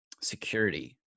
security